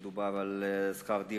מדובר על שכר-דירה